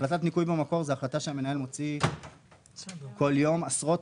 החלטת ניכוי במקו זאת החלטה שהמנהל מוציא כל יום עשרות,